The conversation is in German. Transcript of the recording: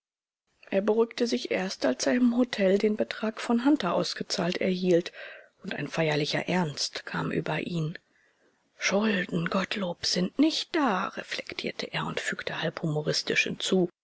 er beruhigte sich erst als er im hotel den betrag von hunter ausgezahlt erhielt und ein feierlicher ernst kam über ihn schulden gottlob sind nicht da reflektierte er und fügte halb humoristisch hinzu